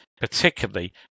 particularly